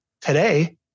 Today